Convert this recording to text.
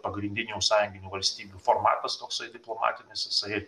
pagrindinių sąjunginių valstybių formatas toksai diplomatinis jisai